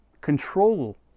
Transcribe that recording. Control